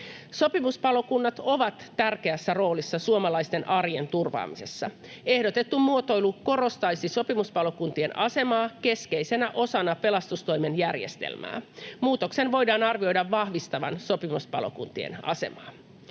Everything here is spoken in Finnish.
Sopimuspalokunnat ovat tärkeässä roolissa suomalaisten arjen turvaamisessa. Ehdotettu muotoilu korostaisi sopimuspalokuntien asemaa keskeisenä osana pelastustoimen järjestelmää. Muutoksen voidaan arvioida vahvistavan sopimuspalokuntien asemaa.